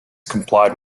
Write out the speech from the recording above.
complied